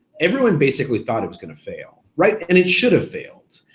everyone basically thought it was gonna fail, right? and it should've failed.